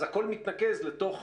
אז הכול מתנקז לתוך